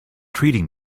treating